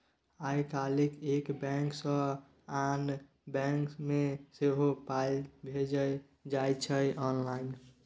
आय काल्हि एक बैंक सँ आन बैंक मे सेहो पाय भेजल जाइत छै आँनलाइन